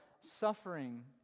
suffering